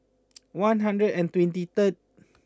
one hundred and twenty third